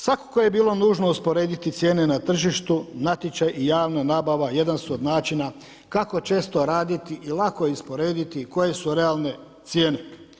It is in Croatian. Svakako je bilo nužno usporediti cijene na tržištu, natječaj i javna nabava, jedna su od načina kako često raditi i lako je usporediti koje su realne cijene.